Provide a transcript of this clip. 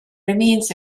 remains